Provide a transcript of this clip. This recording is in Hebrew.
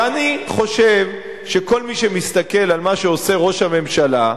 ואני חושב שכל מי שמסתכל על מה שעושה ראש הממשלה,